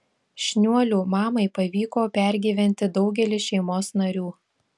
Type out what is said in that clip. šniuolių mamai pavyko pergyventi daugelį šeimos narių